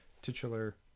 titular